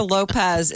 Lopez